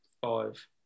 five